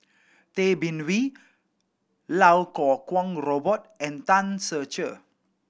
Tay Bin Wee Lau Kuo Kwong Robert and Tan Ser Cher